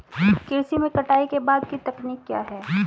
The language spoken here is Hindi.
कृषि में कटाई के बाद की तकनीक क्या है?